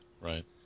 Right